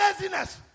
laziness